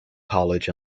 college